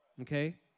Okay